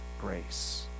grace